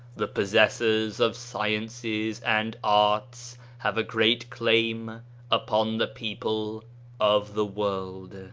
the possessors of sciences and arts have a great claim upon the people of the world.